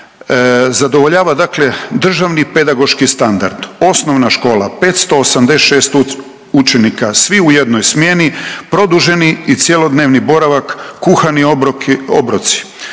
Zadovoljava dakle državni pedagoški standard. Osnovna škola 586 učenika svi u jednoj smjeni. Produženi i cjelodnevni boravak kuhani obroci.